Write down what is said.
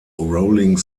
rolling